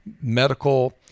medical